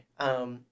Okay